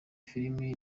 filimi